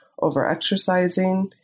overexercising